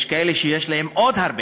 יש כאלה שיש להם עוד הרבה.